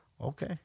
okay